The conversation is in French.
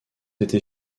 été